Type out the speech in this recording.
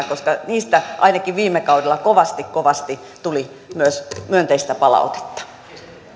koska niistä ainakin viime kaudella kovasti kovasti tuli myös myönteistä palautetta